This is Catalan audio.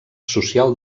social